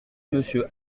monsieur